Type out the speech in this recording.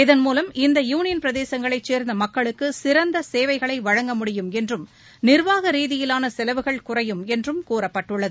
இதன் மூலம் இந்த யூனியன் பிரதேசங்களை சேர்ந்த மக்களுக்கு சிறந்த சேவைகளை வழங்க முடியும் என்றும் நிர்வாக ரீதியிலான செலவுகள் குறையும் என்றும் கூறப்பட்டுள்ளது